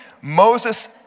Moses